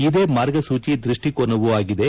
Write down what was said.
ಇದೇ ಮಾರ್ಗಸೂಜಿ ದೃಷ್ಟಿಕೋನವೂ ಆಗಿದೆ